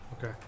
Okay